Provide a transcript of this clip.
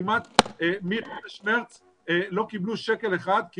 כמעט מחודש מרץ הם לא קיבלו שקל אחד כי